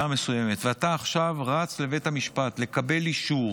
מסוימת ואתה עכשיו רץ לבית המשפט לקבל אישור,